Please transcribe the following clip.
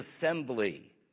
assembly